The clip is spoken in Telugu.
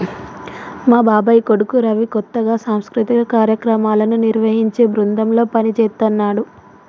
మా బాబాయ్ కొడుకు రవి కొత్తగా సాంస్కృతిక కార్యక్రమాలను నిర్వహించే బృందంలో పనిజేత్తన్నాడు